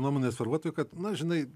nuomonės formuotojui kad na žinai